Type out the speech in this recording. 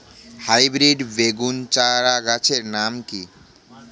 Hybrid বেগুন চারাগাছের নাম কি?